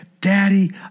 Daddy